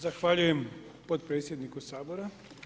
Zahvaljujem potpredsjedniku Sabora.